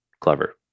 Clever